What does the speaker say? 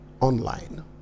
Online